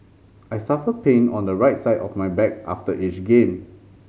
I suffer pain on the right side of my back after each game